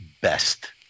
best